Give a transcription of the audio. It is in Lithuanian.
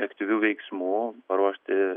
aktyvių veiksmų paruošti